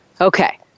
Okay